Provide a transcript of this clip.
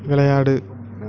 விளையாடு